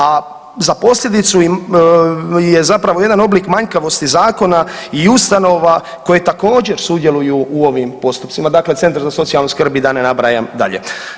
A za posljedicu je zapravo jedan oblik manjkavosti zakona i ustanova koje također sudjeluju u ovim postupcima, dakle centar za socijalnu skrb i da ne nabrajam dalje.